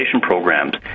programs